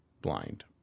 blind